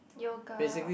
yoga